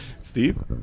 Steve